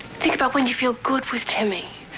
think about when you feel good with timmy.